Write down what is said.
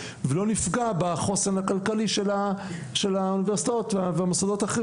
ולא נפגע בחוסן הכלכלי של האוניברסיטאות והמוסדות האחרים